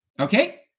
Okay